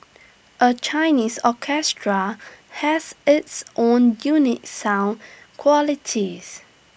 A Chinese orchestra has its own unique sound qualities